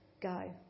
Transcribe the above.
go